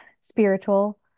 spiritual